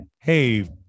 Hey